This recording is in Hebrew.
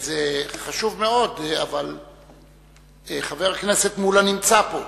חבר הכנסת מולה נמצא פה,